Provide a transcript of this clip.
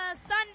Sunday